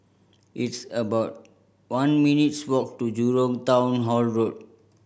it's about one minutes' walk to Jurong Town Hall Road